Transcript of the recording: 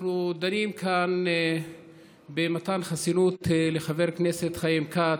אנחנו דנים כאן במתן חסינות לחבר הכנסת חיים כץ,